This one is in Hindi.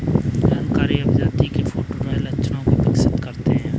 जानवरों की अभिजाती में फेनोटाइपिक लक्षणों को विकसित करते हैं